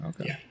Okay